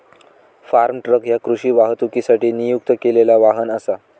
form truck ह्या कृषी वाहतुकीसाठी नियुक्त केलेला वाहन असा